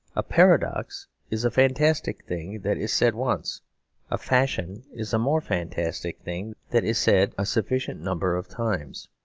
a paradox is a fantastic thing that is said once a fashion is a more fantastic thing that is said a sufficient number of times.